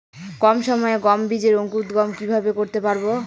কম সময়ে গম বীজের অঙ্কুরোদগম কিভাবে করতে পারব?